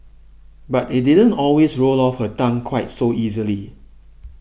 but it didn't always roll off her tongue quite so easily